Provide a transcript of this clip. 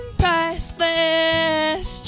priceless